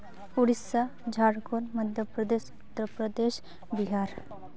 Odisha Jharkhand Madhya Pradesh Uttar Pradesh Bihar